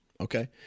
okay